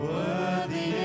Worthy